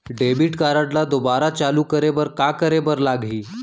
Debit card ला दोबारा चालू करे बर का करे बर लागही?